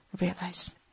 realize